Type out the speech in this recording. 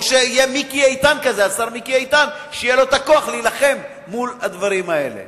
או שיהיה מיקי איתן כזה שיהיה לו כוח להילחם מול הדברים האלה.